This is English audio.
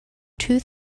two